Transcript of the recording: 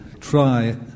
try